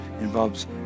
involves